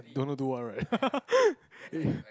don't know do what right